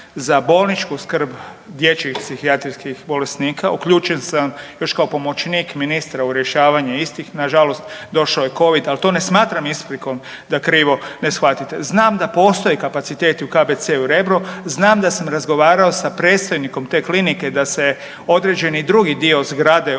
za bolničku skrbi dječjih psihijatrijskih bolesnika, uključen sam još kao pomoćnik ministra u rješavanje istih. Nažalost došao je Covid, ali to ne smatram isprikom da krivo ne shvatite. Znam da postoje kapaciteti u KBC-u Rebro, znam da sam razgovarao sa predstojnikom te klinike da se određeni drugi dio zgrade u